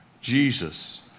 Jesus